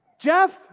Jeff